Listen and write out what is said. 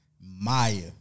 Maya